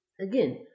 Again